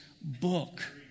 book